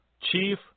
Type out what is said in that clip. Chief